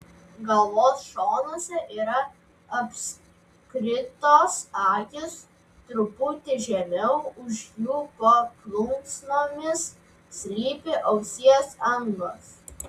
galvos šonuose yra apskritos akys truputį žemiau už jų po plunksnomis slypi ausies angos